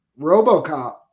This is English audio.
Robocop